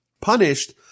punished